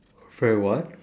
very what